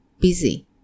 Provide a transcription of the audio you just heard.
Busy